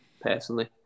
personally